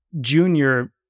junior